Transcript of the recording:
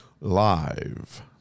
live